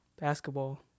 basketball